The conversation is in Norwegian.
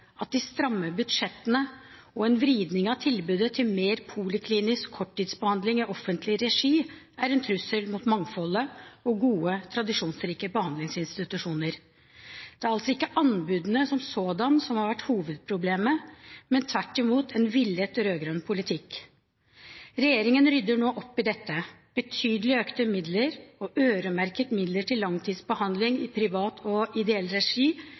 at de stramme budsjettene og en vridning av tilbudet til mer poliklinisk korttidsbehandling i offentlig regi er en trussel mot mangfoldet og gode, tradisjonsrike behandlingsinstitusjoner. Det er altså ikke anbudene som sådan som har vært hovedproblemet, men tvert imot en villet rød-grønn politikk. Regjeringen rydder nå opp i dette. Betydelig økte midler og øremerkede midler til langtidsbehandling i privat og ideell regi